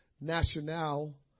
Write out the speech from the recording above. national